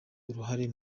uruhare